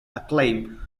acclaim